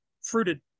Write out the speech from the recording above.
fruited